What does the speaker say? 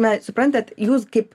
na suprantat jūs kaip